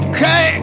Okay